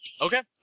Okay